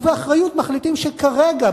ובאחריות מחליטים שכרגע,